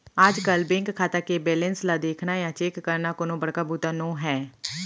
आजकल बेंक खाता के बेलेंस ल देखना या चेक करना कोनो बड़का बूता नो हैय